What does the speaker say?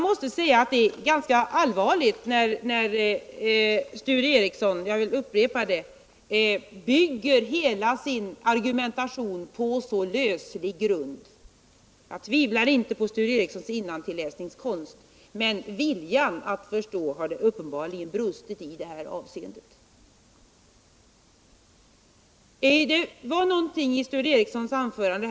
Det är ganska allvarligt att Sture Ericson — jag vill upprepa det - bygger hela sin argumentation på så löslig grund. Jag tvivlar inte på Sture Ericsons innantilläsningskonst, men det har uppenbarligen brustit i viljan att förstå i detta avseende.